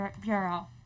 Bureau